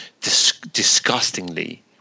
disgustingly